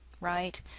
right